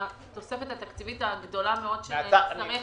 שהתוספת התקציבית הגדולה מאוד שנצטרך בשביל